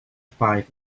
five